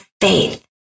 faith